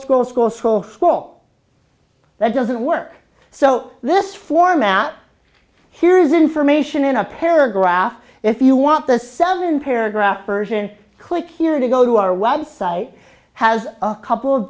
oldskool score scroll school that doesn't work so this format here's information in a paragraph if you want the seven paragraph version click here to go to our website has a couple of